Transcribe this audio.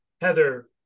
Heather